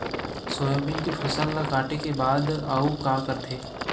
Soybean के फसल ल काटे के बाद आऊ का करथे?